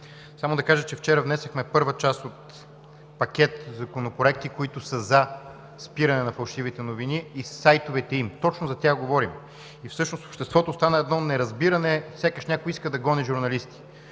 Само да кажа, че вчера внесохме първа част от пакет законопроекти, които са за спиране на фалшивите новини и сайтовете им – точно за тях говорим. И всъщност в обществото остана едно неразбиране, сякаш някой иска да гони журналисти.